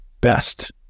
best